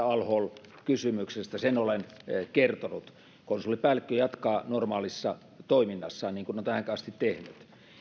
al hol kysymyksestä sen olen kertonut konsulipäällikkö jatkaa normaalissa toiminnassaan niin kuin on tähänkin asti tehnyt